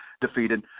defeated